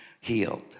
healed